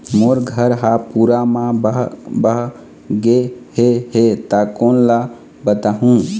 मोर घर हा पूरा मा बह बह गे हे हे ता कोन ला बताहुं?